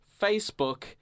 Facebook